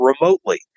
remotely